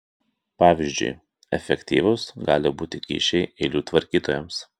pavyzdžiui efektyvūs gali būti kyšiai eilių tvarkytojams